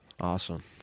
Awesome